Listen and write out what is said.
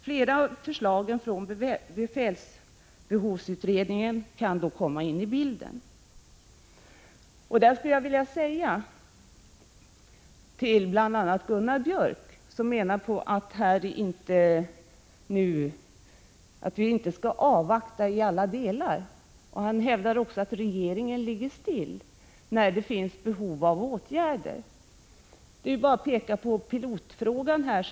Fler av förslagen från befälsbehovsutredningen kan då också komma in i bilden. Gunnar Björk i Gävle menar att vi inte skall avvakta beträffande alla delar. Han hävdar att regeringen ligger still även om det finns behov av åtgärder. Jag behöver bara peka på pilotfrågan.